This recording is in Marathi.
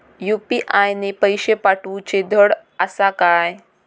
यू.पी.आय ने पैशे पाठवूचे धड आसा काय?